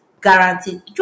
guaranteed